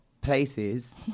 places